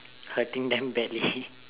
hurting them badly